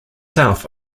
south